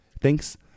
Thanks